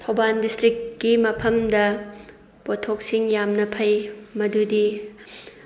ꯊꯧꯕꯥꯜ ꯗꯤꯁꯇ꯭ꯔꯤꯛꯀꯤ ꯃꯐꯝꯗ ꯄꯣꯊꯣꯛꯁꯤꯡ ꯌꯥꯝꯅ ꯐꯩ ꯃꯗꯨꯗꯤ